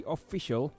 Official